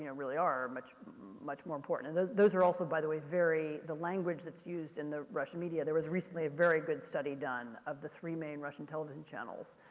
yeah really are much much more important. and those those are also, by the way, very, the language that's used in the russian media, there was recently a very good study done of the three main russian television channels,